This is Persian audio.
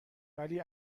ولی